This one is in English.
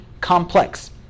complex